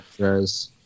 guys